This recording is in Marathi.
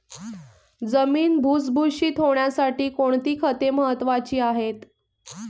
जमीन भुसभुशीत होण्यासाठी कोणती खते महत्वाची आहेत?